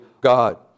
God